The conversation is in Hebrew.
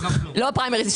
לא פריימריז.